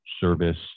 service